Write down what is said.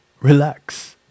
relax